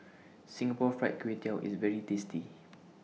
Singapore Fried Kway Tiao IS very tasty